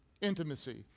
intimacy